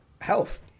Health